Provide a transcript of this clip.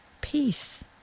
Peace